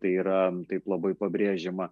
tai yra taip labai pabrėžiama